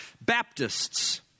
Baptists